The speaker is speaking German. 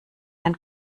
ein